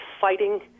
fighting